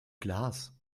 glas